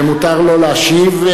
ומותר לו להשיב.